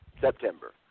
September